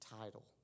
title